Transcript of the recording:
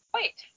Wait